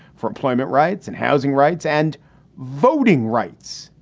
for employment rights and housing rights and voting rights,